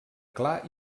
clar